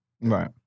right